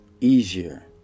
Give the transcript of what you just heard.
easier